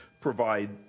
provide